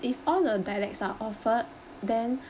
if all the dialects are offered then